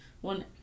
one